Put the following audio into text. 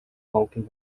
honking